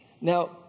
Now